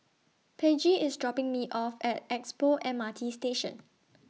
Peggie IS dropping Me off At Expo M R T Station